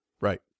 Right